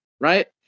right